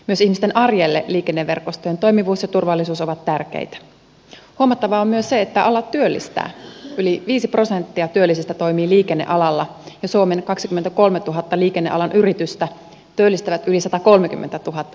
myös ihmisten arjelle liikenneverkostojen toimivuusä turvallisuus ovat tärkeitä omattava myös se että ala työllistää yli viisi prosenttia työllisistä toimii liikennealalla ja suomen kaksikymmentäkolmetuhatta liikennealan yritystä työllistävät yli satakolmekymmentätuhatta